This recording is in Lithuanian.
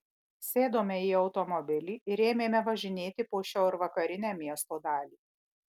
sėdome į automobilį ir ėmėme važinėti po šiaurvakarinę miesto dalį